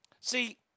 See